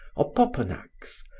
opopanax,